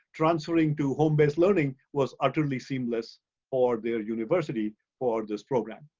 transferring to home-based learning was utterly seamless for their university for this program.